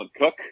cook